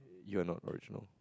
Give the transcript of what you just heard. you are not original